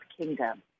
kingdom